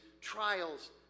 trials